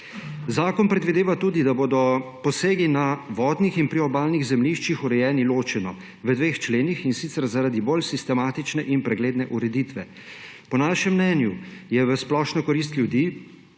Zakon tudi predvideva, da bodo posegi na vodnih in priobalnih zemljiščih urejeni ločeno v dveh členih, in sicer zaradi bolj sistematične in pregledne ureditve. Po našem mnenju je v splošno korist ljudi,